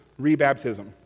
rebaptism